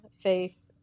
faith